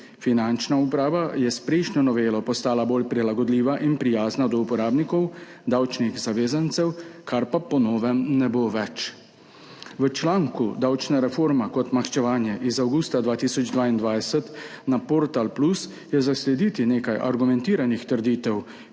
Finančna uprava je s prejšnjo novelo postala bolj prilagodljiva in prijazna do uporabnikov, davčnih zavezancev, kar pa po novem ne bo več. V članku Davčna reforma kot davčno maščevanje iz avgusta 2022 na Portalu Plus je zaslediti nekaj argumentiranih trditev